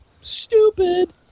Stupid